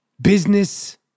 business